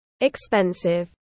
expensive